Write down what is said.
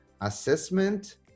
assessment